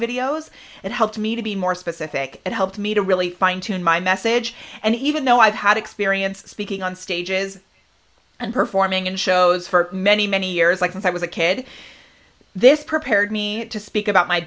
videos it helped me to be more specific it helped me to really fine tune my message and even though i've had experience speaking on stages and performing in shows for many many years i can say i was a kid this prepared me to speak about my